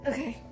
Okay